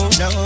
no